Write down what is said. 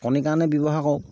কণীৰ কাৰণে ব্যৱহাৰ কৰোঁ